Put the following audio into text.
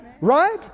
Right